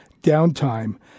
Downtime